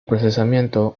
procesamiento